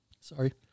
Sorry